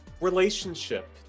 relationship